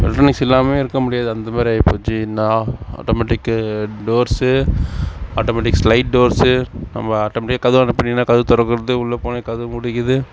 electronics இல்லாமையே இருக்க முடியாது அந்தமாதிரி ஆகிப் போச்சு ஏன்னால் automatic doors automatic slide doors நம்ம ஆட்டோமெட்டிக்காக கதவாண்ட போய் நின்னின்னா கதவு திறக்கறது உள்ள போனொடனே கதவு மூடிக்கிது